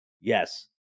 yes